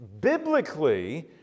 biblically